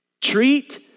Treat